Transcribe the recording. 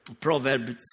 Proverbs